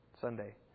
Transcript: Sunday